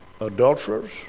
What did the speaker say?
adulterers